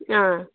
ꯑꯥ